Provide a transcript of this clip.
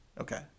Okay